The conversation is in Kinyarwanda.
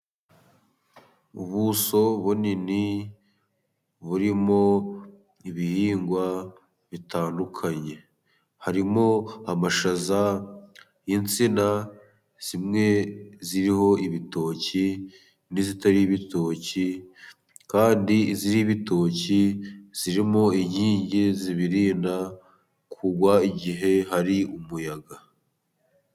Ubuso bunini burimo ibihingwa bitandukanye, harimo amashaza, insina zimwe ziriho ibitoki n'izitariho ibitoki, kandi izitariho ibitoki zirimo inkingi zibirinda kugwa igihe hari umuyaga.